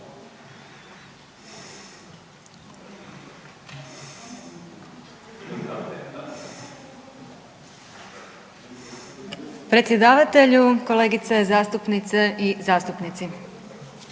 Predsjedavatelji, kolegice zastupnice i zastupnici.